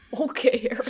okay